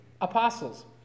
apostles